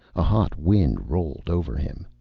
a hot wind rolled over him.